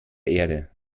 erde